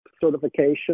certification